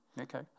Okay